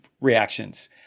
reactions